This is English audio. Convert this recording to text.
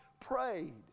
prayed